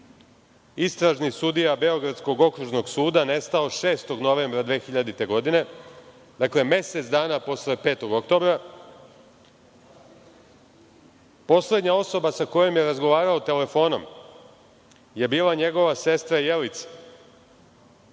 istražni sudija Beogradskog okružnog suda nestao 6. novembra 2000. godine, dakle, mesec dana posle 5. oktobra? Poslednja osoba sa kojom je razgovarao telefon je bila njegova sestra Jelica.